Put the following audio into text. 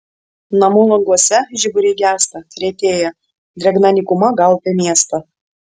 namų languose žiburiai gęsta retėja drėgna nykuma gaubia miestą